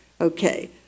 Okay